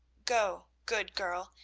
go, good girl,